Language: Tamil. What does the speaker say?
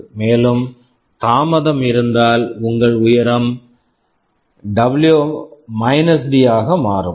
மேலும் தாமதம் இருந்தால் உங்கள் உயரம் height W minus D W - D ஆக மாறும்